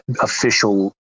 official